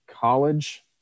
college